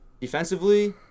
defensively